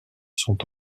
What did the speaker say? sont